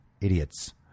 idiots